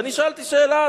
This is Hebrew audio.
ואני שאלתי שאלה,